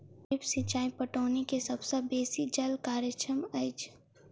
drip सिचाई पटौनी के सभ सॅ बेसी जल कार्यक्षम अछि